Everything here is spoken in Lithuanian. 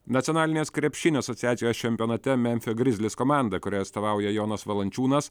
nacionalinės krepšinio asociacijos čempionate memfio grizlis komanda kuriai atstovauja jonas valančiūnas